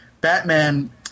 Batman